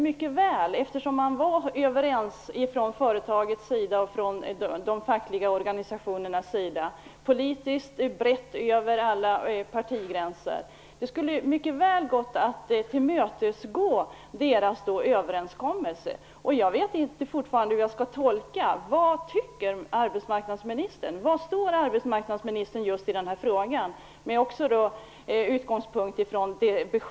Men eftersom företagsledning och fackliga organisationer var överens, liksom man var överens över alla politiska partigränser, skulle deras överenskommelse mycket väl ha kunnat tillmötesgås. Vi har i dag i tidningen fått beskedet att arbetsmarknadsministern menar att detta borde vara möjligt, men jag vet fortfarande inte hur jag skall tolka det hon säger här.